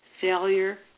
Failure